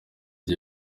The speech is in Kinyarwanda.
the